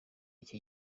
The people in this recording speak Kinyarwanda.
iki